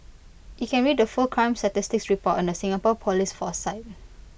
you can read the full crime statistics report on the Singapore Police force site